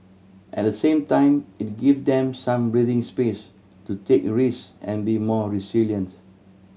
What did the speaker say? at the same time it give them some breathing space to take risk and be more resilient